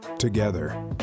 Together